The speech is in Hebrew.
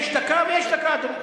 אדוני, יש דקה ויש דקה.